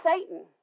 Satan